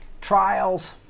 trials